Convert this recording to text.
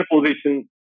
position